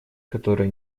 которые